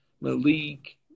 Malik